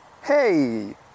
Hey